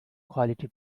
quality